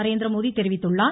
நரேந்திரமோடி தெரிவித்துள்ளார்